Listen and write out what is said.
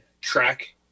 track